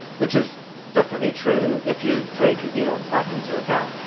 which is definitely true, if you take elon time into account.